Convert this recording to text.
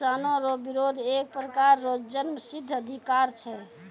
किसानो रो बिरोध एक प्रकार रो जन्मसिद्ध अधिकार छै